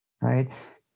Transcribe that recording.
right